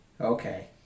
Okay